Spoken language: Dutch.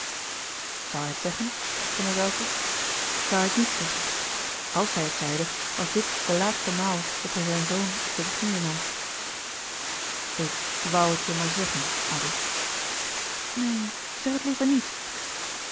hij het zeggen dacht van der welcke zoû hij het niet zeggen a l s hij het zeide was dit de laatste maal dat hij zijn zoon op zijn knieën nam louis couperus de boeken der kleine zielen ik woû het je maar zeggen addy neen zeg het liever niet